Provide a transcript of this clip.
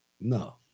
No